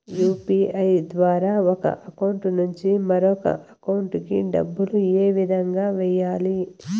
UPI ద్వారా ఒక account నుంచి మరొక అకౌంట్ కి డబ్బులు ఏ విధంగా వెయ్యాలి